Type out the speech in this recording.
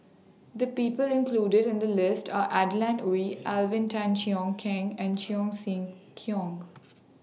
The People included in The list Are Adeline Ooi Alvin Tan Cheong Kheng and Cheong Siew Keong